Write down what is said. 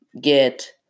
get